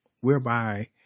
whereby